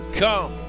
come